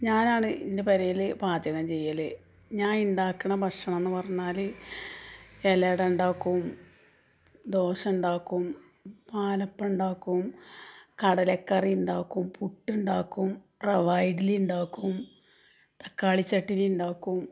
ഞാനാണ് എൻ്റെ പേരേല് പാചകം ചെയ്യല് ഞാൻ ഉണ്ടാക്കണ ഭക്ഷണമെന്നു പറഞ്ഞാൽ ഇല അട ഉണ്ടാക്കും ദോശ ഉണ്ടാക്കും പാലപ്പം ഉണ്ടാക്കും കടലക്കറി ഉണ്ടാക്കും പുട്ട് ഉണ്ടാക്കും റവ ഇഡ്ഡലി ഉണ്ടാക്കും തക്കാളി ചട്ടിണി ഉണ്ടാക്കും